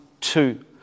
two